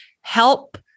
help